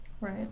Right